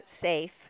safe